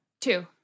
Two